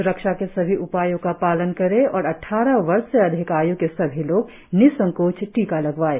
स्रक्षा के सभी उपायों का पालन करें और अद्वारह वर्ष से अधिक आय् के सभी लोग निसंकोच टीका लगवाएं